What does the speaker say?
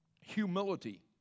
humility